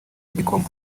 igikoma